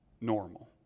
normal